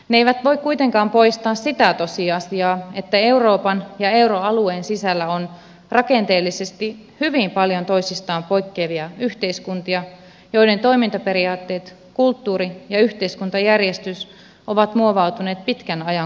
ne eivät voi kuitenkaan poistaa sitä tosiasiaa että euroopan ja euroalueen sisällä on rakenteellisesti hyvin paljon toisistaan poikkeavia yhteiskuntia joiden toimintaperiaatteet kulttuuri ja yhteiskuntajärjestys ovat muovautuneet pitkän ajan kuluessa